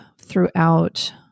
throughout